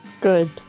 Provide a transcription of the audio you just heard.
Good